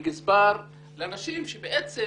לגזבר, לאנשים שבעצם